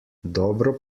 dobro